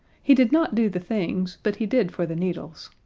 he did not do the things, but he did for the needles.